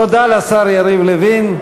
תודה לשר יריב לוין.